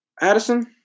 Addison